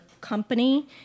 company